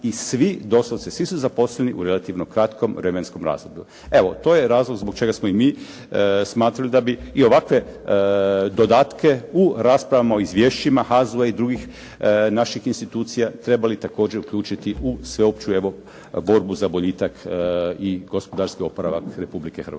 i svi, doslovce svi su zaposleni u relativno kratkom vremenskom razdoblju. Evo, to je razlog zbog čega smo i mi smatrali da bi i ovakve dodatke u raspravama o izvješćima HAZU-a i drugih naših institucija trebali također uključiti u sveopću evo, borbu za boljitak i gospodarski oporavak Republike Hrvatske.